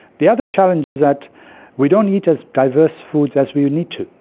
the other challenge is that we don't eat as diverse foods as we need to,